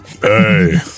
Hey